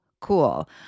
cool